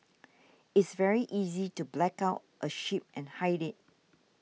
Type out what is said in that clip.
it's very easy to black out a ship and hide it